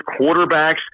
quarterbacks